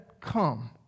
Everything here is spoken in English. come